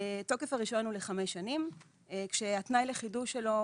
תוקף הרישיון הוא לחמש שנים, כשהתנאי לחידוש שלו,